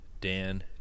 Dan